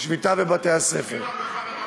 השביתה בבתי-הספר, שביתה.